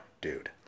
Dude